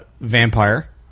vampire